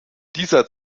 dieser